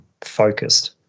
focused